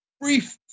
brief